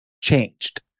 changed